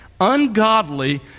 ungodly